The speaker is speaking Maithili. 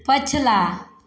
पछिला